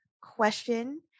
question